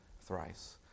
thrice